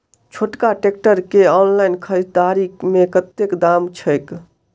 छोटका ट्रैक्टर केँ ऑनलाइन खरीददारी मे कतेक दाम छैक?